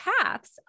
paths